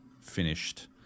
finished